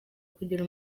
kugira